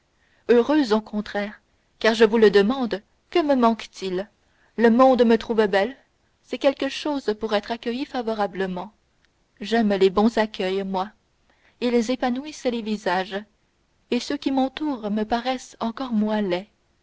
heureuse au contraire car je vous le demande que me manque-t-il le monde me trouve belle c'est quelque chose pour être accueilli favorablement j'aime les bons accueils moi ils épanouissent les visages et ceux qui m'entourent me paraissent encore moins laids